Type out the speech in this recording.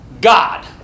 God